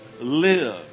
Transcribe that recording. live